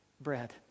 bread